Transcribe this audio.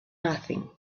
nothing